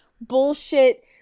bullshit